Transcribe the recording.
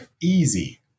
Easy